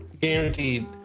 guaranteed